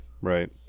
Right